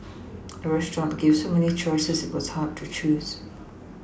the restaurant gave so many choices that it was hard to choose